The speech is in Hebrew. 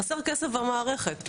חסר כסף במערכת.